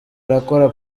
arakora